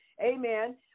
Amen